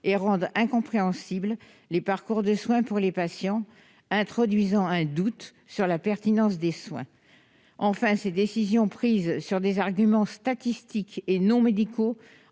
et rendent incompréhensibles les parcours de soins pour les patients, introduisant un doute sur la pertinence des soins. [...]« Enfin, ces décisions, prises sur des arguments statistiques et non médicaux,